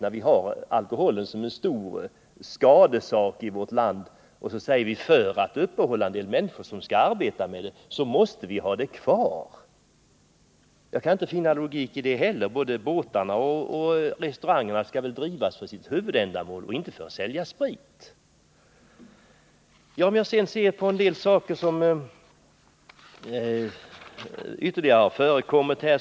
När vi har alkoholen som en stor skadegörare i vårt land, skall vi då säga att för att upprätthålla sysselsättningen för en del människor som arbetar med spriten måste vi ha den kvar? Både båtarna och restaurangerna skall väl drivas för sitt huvudändamål och inte för att sälja sprit.